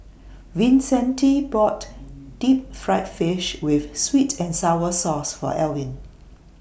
Vicente bought Deep Fried Fish with Sweet and Sour Sauce For Alvin